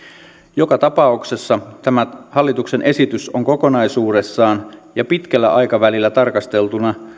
joka tapauksessa tämä hallituksen esitys on kokonaisuudessaan ja pitkällä aikavälillä tarkasteltuna